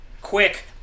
quick